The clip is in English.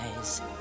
eyes